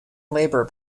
labor